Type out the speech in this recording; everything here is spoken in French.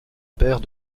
paires